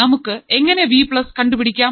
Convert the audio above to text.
നമുക്ക് എങ്ങനെ V plus കണ്ടു പിടിക്കാം